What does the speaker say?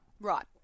Right